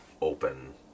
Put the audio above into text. open